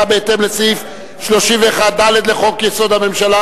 בהתאם לסעיף 31(ד) לחוק-יסוד: הממשלה,